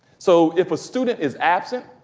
so if a student is absent,